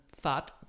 fat